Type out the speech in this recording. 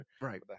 Right